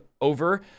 over